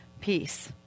peace